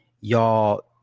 y'all